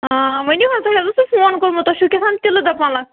آ ؤنِو حظ تُہۍ حظ اوسوٕ فون کوٚرمُت تۄہہِ چھُو کیٛاہ تھام تِلہٕ دَپان لاگُن